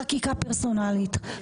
חקיקה פרסונלית,